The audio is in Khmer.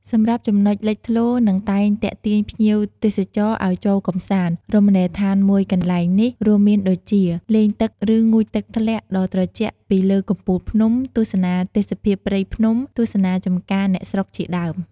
សម្រាប់ចំណុចលេចធ្លោនិងតែងទាក់ទាញភ្ញៀវទេសចរឱ្យចូលកម្សាន្ម រមណីយដ្ឋានមួយកន្លែងនេះរួមមានដូចជា លេងទឹកឬងូតទឹកធ្លាក់ដ៏ត្រជាក់ពីលើកំពូលភ្នំ ទស្សនាទេសភាពព្រៃភ្នំ ទស្សនាចំការអ្នកស្រុកជាដើម ។